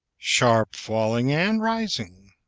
sharp falling and rising